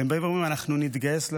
והם אומרים: אנחנו נתגייס לצבא,